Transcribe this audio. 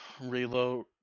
reload